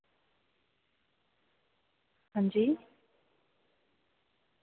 अंजी